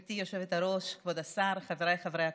גברתי היושבת-ראש, כבוד השר, חבריי חברי הכנסת,